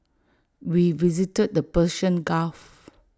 we visited the Persian gulf